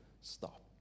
stop